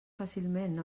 fàcilment